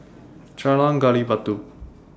Jalan Gali Batu